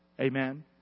Amen